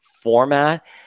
format